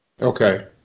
Okay